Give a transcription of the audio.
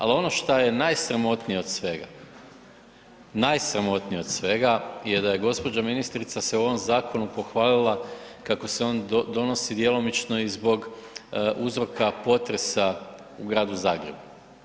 Ali ono što je najsramotnije od svega, najsramotnije od svega je da je gospođa ministrica se u ovom zakonu pohvalila kako se on donosi djelomično i zbog uzroka potresa u Gradu Zagrebu.